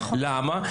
למה?